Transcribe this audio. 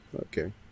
okay